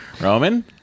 Roman